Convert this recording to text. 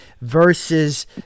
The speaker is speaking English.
Versus